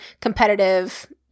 competitive